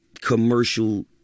commercial